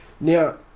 Now